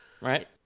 right